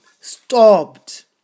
stopped